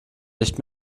nicht